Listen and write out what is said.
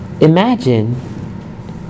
Imagine